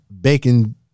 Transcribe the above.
bacon